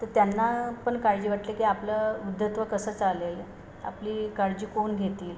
तर त्यांना पण काळजी वाटले की आपलं वृद्धत्व कसं चालेल आपली काळजी कोण घेतील